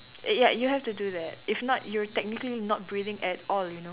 eh ya you have to do that if not you technically not breathing at all you know